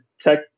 tech